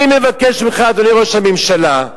אני מבקש ממך, אדוני ראש הממשלה: